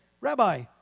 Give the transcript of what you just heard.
Rabbi